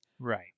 Right